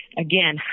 Again